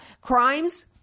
crimes